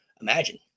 imagine